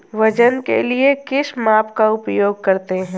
वजन के लिए किस माप का उपयोग करते हैं?